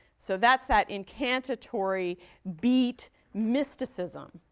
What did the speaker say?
so, that's that incantatory beat mysticism.